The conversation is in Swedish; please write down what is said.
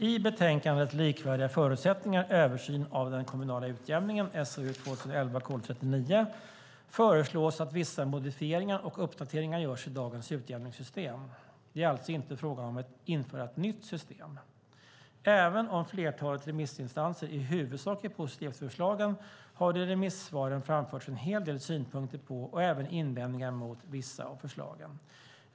I betänkandet Likvärdiga förutsättningar - Översyn av den kommunala utjämningen föreslås att vissa modifieringar och uppdateringar görs i dagens utjämningssystem. Det är alltså inte fråga om att införa ett nytt system. Även om flertalet remissinstanser i huvudsak är positiva till förslagen har det i remissvaren framförts en hel del synpunkter på och även invändningar mot vissa av förslagen.